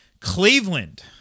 Cleveland